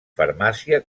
farmàcia